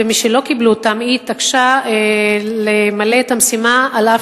ומשלא קיבלו אותן היא התעקשה למלא את המשימה אף